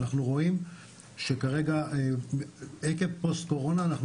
אנחנו רואים שכרגע עקב פוסט קורונה אנחנו